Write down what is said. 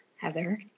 Heather